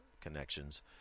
connections